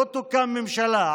לא תוקם ממשלה.